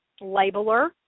labeler